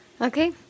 Okay